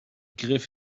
griff